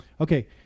Okay